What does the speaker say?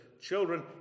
children